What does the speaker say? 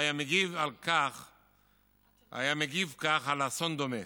שהיה מגיב כך על אסון דומה,